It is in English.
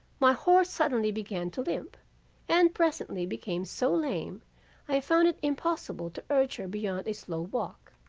my horse suddenly began to limp and presently became so lame i found it impossible to urge her beyond a slow walk.